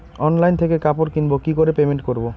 Online থেকে কাপড় কিনবো কি করে পেমেন্ট করবো?